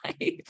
life